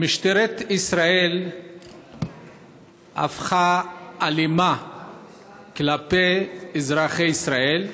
משטרת ישראל הפכה אלימה כלפי אזרחי ישראל,